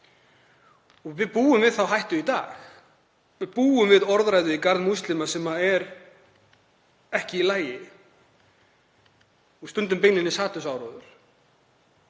Við búum við þá hættu í dag. Við búum við orðræðu í garð múslima sem er ekki í lagi og stundum beinlínis hatursáróður,